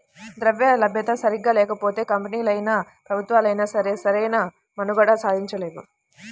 ద్రవ్యలభ్యత సరిగ్గా లేకపోతే కంపెనీలైనా, ప్రభుత్వాలైనా సరే సరైన మనుగడ సాగించలేవు